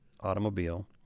automobile